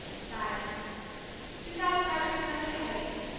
sighed she sighed partly because her head ached,